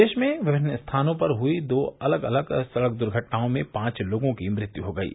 प्रदेश में विभिन्न स्थानों पर हुयी दो अलग अलग सड़क दुर्घटनाओं में पांच लोगों की मृत्यु हो गयी